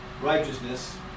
righteousness